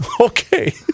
Okay